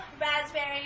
raspberry